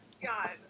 God